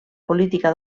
política